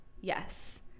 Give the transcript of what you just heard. yes